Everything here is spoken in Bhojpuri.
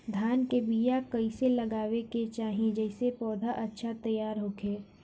धान के बीया कइसे लगावे के चाही जेसे पौधा अच्छा तैयार होखे?